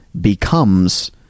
becomes